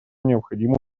необходимо